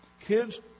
Kids